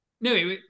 No